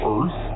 Earth